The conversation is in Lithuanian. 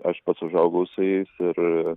aš pats užaugau su jais ir